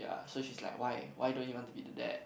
ya so she's like why why you don't want to be the dad